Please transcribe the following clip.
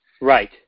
Right